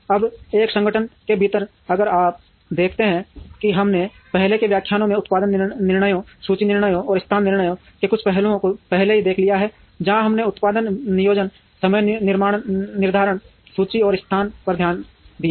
अब एक संगठन के भीतर अगर आप देखते हैं कि हमने पहले के व्याख्यानों में उत्पादन निर्णयों सूची निर्णयों और स्थान निर्णयों के कुछ पहलुओं को पहले ही देख लिया है जहाँ हमने उत्पादन नियोजन समय निर्धारण सूची और स्थान पर ध्यान दिया है